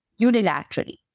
unilaterally